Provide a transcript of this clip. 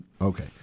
Okay